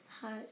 hard